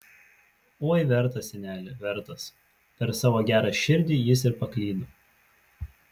oi vertas seneli vertas per savo gerą širdį jis ir paklydo